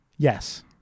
Yes